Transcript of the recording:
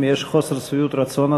אם יש חוסר שביעות רצון,